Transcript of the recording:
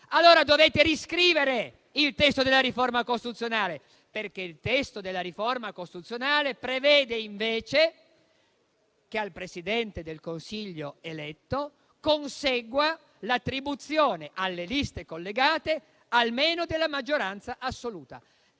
allora dovete riscrivere il testo della riforma costituzionale, perché esso prevede invece che al Presidente del Consiglio eletto consegua l'attribuzione alle liste collegate almeno della maggioranza assoluta.